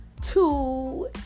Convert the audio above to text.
two